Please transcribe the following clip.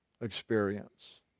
experience